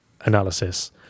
analysis